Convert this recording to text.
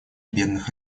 бедных